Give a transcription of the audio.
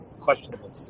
questionable